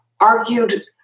argued